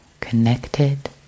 connected